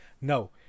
No